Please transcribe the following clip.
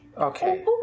Okay